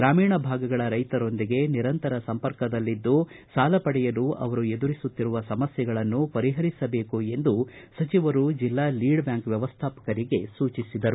ಗ್ರಾಮೀಣ ಭಾಗಗಳ ರೈತರೊಂದಿಗೆ ನಿರಂತರ ಸಂಪರ್ಕದಲ್ಲಿದ್ದು ಸಾಲ ಪಡೆಯಲು ಅವರು ಎದುರಿಸುತ್ತಿರುವ ಸಮಸ್ಥೆಗಳನ್ನು ಪರಿಹರಿಸಬೇಕು ಎಂದು ಸಚಿವರು ಜಿಲ್ಲಾ ಲೀಡ್ ಬ್ಯಾಂಕ್ ವ್ಯವಸ್ಥಾಪಕರಿಗೆ ಸೂಚಿಸಿದರು